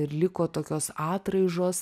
ir liko tokios atraižos